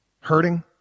Hurting